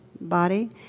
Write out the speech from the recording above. body